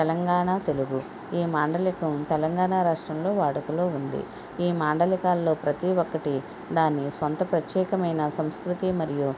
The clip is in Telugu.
తెలంగాణ తెలుగు ఈ మాండలికం తెలంగాణ రాష్ట్రంలో వాడుకలో ఉంది ఈ మాండలికాల్లో ప్రతీ ఒక్కటి దాని సొంత ప్రత్యేకమైన సంస్కృతీ మరియు